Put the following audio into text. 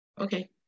Okay